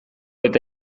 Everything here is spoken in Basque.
eta